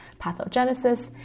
pathogenesis